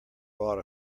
bought